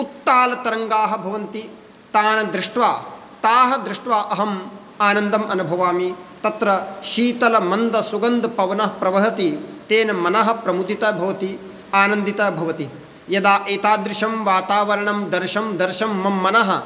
उत्तालतरङ्गाः भवन्ति तान् दृष्ट्वा ताः दृष्ट्वा अहं आनन्दम् अनुभवामि तत्र शीतलमन्दसुगन्धपवनः प्रवहति तेन मनः प्रमुदितं भवति आनन्दितं भवति यदा एतादृशं वातावरणं दर्शं दर्शं मम मनः